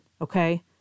okay